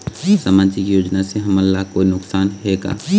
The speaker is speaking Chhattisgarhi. सामाजिक योजना से हमन ला कोई नुकसान हे का?